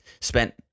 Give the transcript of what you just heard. spent